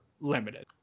limited